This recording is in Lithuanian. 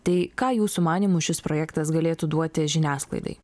tai ką jūsų manymu šis projektas galėtų duoti žiniasklaidai